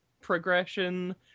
progression